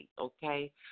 okay